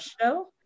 show